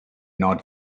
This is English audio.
not